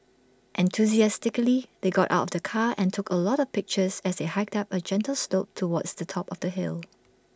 enthusiastically they got out of the car and took A lot of pictures as they hiked up A gentle slope towards the top of the hill